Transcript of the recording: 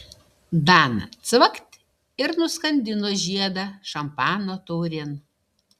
dana cvakt ir nuskandino žiedą šampano taurėn